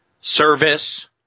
service